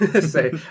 say